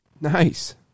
nice